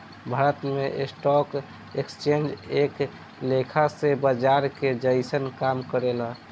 भारत में stock exchange एक लेखा से बाजार के जइसन काम करेला